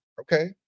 Okay